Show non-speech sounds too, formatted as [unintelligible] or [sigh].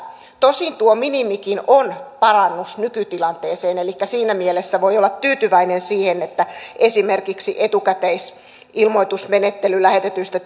tosin tuo minimikin on parannus nykytilanteeseen elikkä siinä mielessä voi olla tyytyväinen siihen että esimerkiksi etukäteisilmoitusmenettely lähetetyistä [unintelligible]